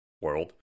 world